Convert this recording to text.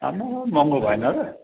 आमो महँगो भएन र